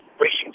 racing